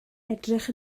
edrych